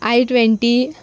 I twenty